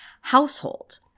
household